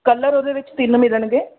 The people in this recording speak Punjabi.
ਕਲਰ ਉਹਦੇ ਵਿੱਚ ਤਿੰਨ ਮਿਲਣਗੇ